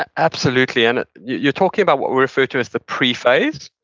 ah absolutely. and you're talking about what we refer to as the pre-phase,